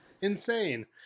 Insane